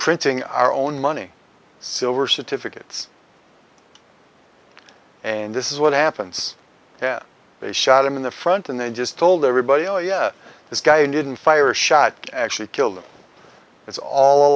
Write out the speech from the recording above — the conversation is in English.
printing our own money silver certificates and this is what happens they shot him in the front and they just told everybody oh yeah this guy didn't fire a shot actually killed him it's all a